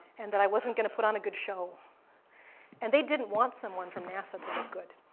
and that i wasn't going to put on a good show and they didn't want someone from nasa to look good.